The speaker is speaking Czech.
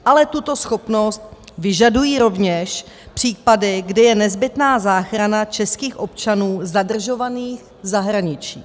Ale tuto schopnost vyžadují rovněž případy, kdy je nezbytná záchrana českých občanů zadržovaných v zahraničí.